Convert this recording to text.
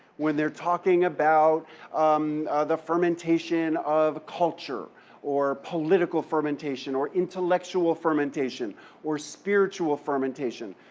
where they're talking about the fermentation of a culture or political fermentation or intellectual fermentation or spiritual fermentation,